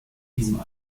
diesem